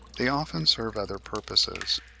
they often serve other purposes.